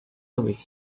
away